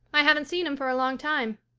i haven't seen him for a long time.